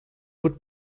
would